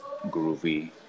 groovy